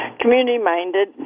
community-minded